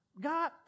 God